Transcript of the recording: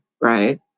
right